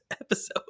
episode